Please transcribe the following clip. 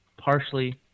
partially